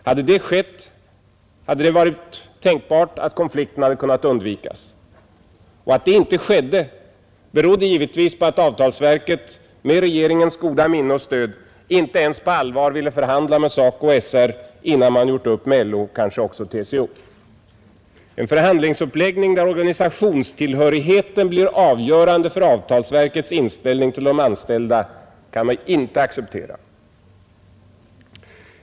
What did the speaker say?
Om det skett, hade det varit tänkbart att konflikten kunnat undvikas. Att det inte skedde berodde givetvis på att avtalsverket, med regeringens goda minne och stöd, inte ens på allvar ville förhandla med SACO och SR innan man gjort upp med LO och kanske också TCO. En förhandlingsuppläggning där organisationstillhörigheten blir avgörande för avtalsverkets inställning till de anställda kan vi inte acceptera.